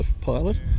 pilot